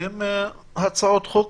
לקדם הצעות חוק